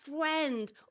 friend